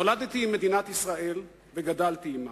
נולדתי עם מדינת ישראל וגדלתי עמה,